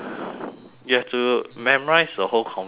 you have to memorise the whole conversation